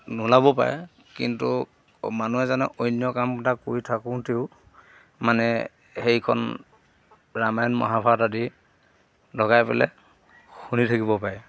নোলাব পাৰে কিন্তু মানুহ এজনে অন্য কামত কৰি থাকোঁতেও মানে সেইখন ৰামায়ণ মহাভাৰত আদি লগাই পেলাই শুনি থাকিব পাৰে